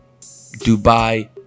Dubai